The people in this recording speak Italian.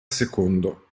secondo